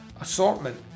assortment